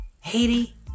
Haiti